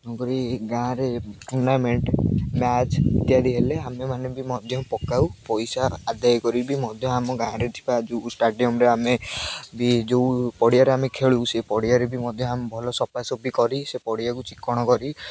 ତେଣୁକରି ଗାଁରେ tournament match ଇତ୍ୟାଦି ହେଲେ ଆମେମାନେ ବି ମଧ୍ୟ ପକାଉ ପଇସା ଆଦାୟ କରି ବି ମଧ୍ୟ ଆମ ଗାଁରେ ଥିବା ଯେଉଁ ଷ୍ଟାଡ଼ିୟମରେ ଆମେ ବି ଯେଉଁ ପଡ଼ିଆରେ ଆମେ ଖେଳୁ ସେ ପଡ଼ିଆରେ ବି ମଧ୍ୟେ ଆମେ ଭଲ ସଫାସଫି କରି ସେ ପଡ଼ିଆକୁ ଚିକ୍କଣ କରି